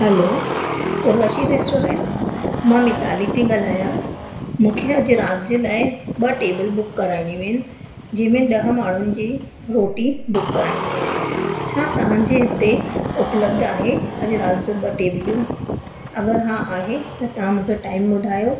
हलो Urvashi restaurant मां मिताली थी ॻालायां मूंखे अॼु राति जे लाइ ॿ टेबिल बुक कराइणियूं आहिनि जंहिंमें ॾह माण्हुनि जी रोटी बुक कराइणी आहे छा तव्हांजे इते उपलब्धु आहे अॼु राति जो ॿ टेबिलियूं अगरि हा आहे त तव्हां मूंखे टाईम ॿुधायो